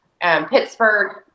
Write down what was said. Pittsburgh